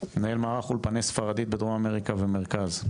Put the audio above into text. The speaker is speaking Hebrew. מנהל מערך אולפני ספרדית בדרום אמריקה ומרכז.